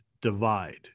divide